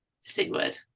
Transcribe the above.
Sigurd